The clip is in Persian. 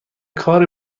کار